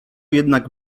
jednak